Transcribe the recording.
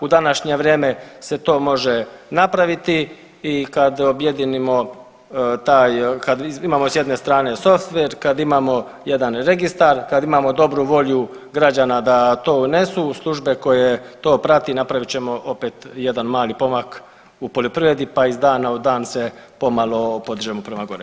U današnje vrijeme se to može napraviti i kad objedinimo taj kad imamo s jedne strane softver kad imamo jedan registar, kad imamo dobru volju građana da to unesu, službe koje to prati napravit ćemo opet jedan mali pomak u poljoprivredi pa iz dana u dan se pomalo podižemo prema gore.